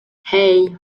hey